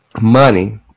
money